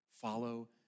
Follow